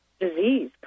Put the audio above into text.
disease